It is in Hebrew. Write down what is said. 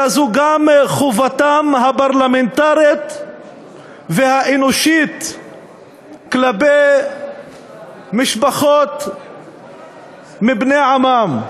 אלא זו גם חובתם הפרלמנטרית והאנושית כלפי משפחות מבני-עמם.